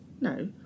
No